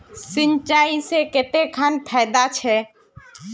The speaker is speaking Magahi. सिंचाई से कते खान फायदा छै?